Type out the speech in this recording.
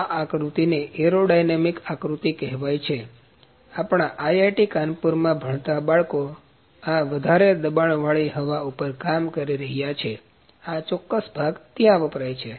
આ આકૃતિને એરોડાયનામીક આકૃતિ કહેવાય તેથી આપણા આઈઆઈટી કાનપુરમાં ભણતા બાળકો આ વધારે દબાણ વાળી હવા ઉપર કામ કરી રહ્યા છે આ ચોક્કસ ભાગ ત્યાં વપરાય છે